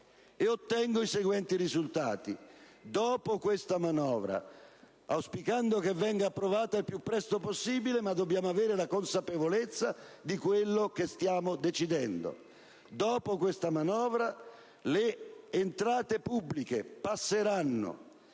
ottengo i seguenti risultati. Dopo questa manovra, auspicando che venga approvata al più presto possibile - ma dobbiamo avere la consapevolezza di quel che stiamo decidendo - le entrate pubbliche passeranno